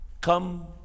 come